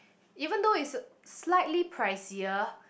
even though it's slightly pricier